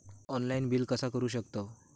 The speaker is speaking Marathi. ऑनलाइन बिल कसा करु शकतव?